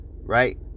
right